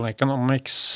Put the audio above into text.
Economics